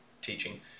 teaching